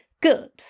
Good